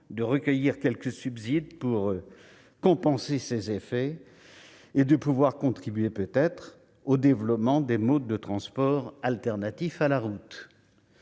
de recueillir quelques subsides pour compenser ces effets et de pouvoir contribuer au développement de modes de transport alternatifs à la route.